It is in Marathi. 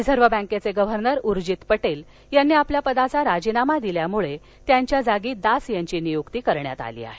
रिझर्व बँकेचे गव्हर्नर उर्जित पटेल यांनी आपल्या पदाचा राजीनामा दिल्यामुळे त्यांच्या जागेवर दास यांची नियुक्ती करण्यात आली आहे